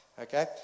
okay